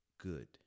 good